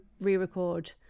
re-record